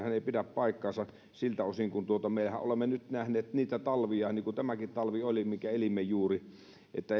pidä paikkaansa siltä osin että mehän olemme nyt nähneet näitä talvia niin kuin tämäkin talvi oli minkä elimme juuri